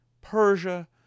Persia